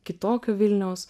kitokio vilniaus